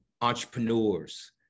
entrepreneurs